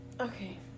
Okay